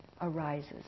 arises